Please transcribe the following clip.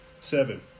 Seven